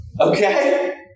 Okay